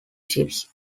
shifts